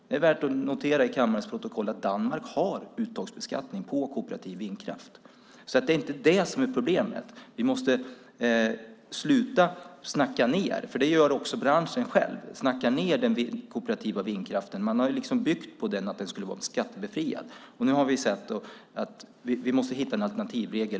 Det är värt att notera i kammarens protokoll att Danmark har uttagsbeskattning på kooperativ vindkraft. Det är inte det som är problemet. Vi måste sluta snacka ned, för det gör också branschen själv, den kooperativa vindkraften. Man har byggt det på att den skulle vara skattebefriad. Nu måste vi hitta en alternativregel.